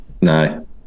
no